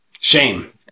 shame